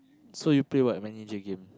so you play what manager game